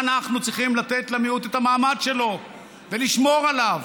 אנחנו צריכים לתת למיעוט את המעמד שלו ולשמור עליו.